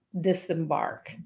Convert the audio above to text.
disembark